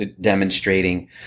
demonstrating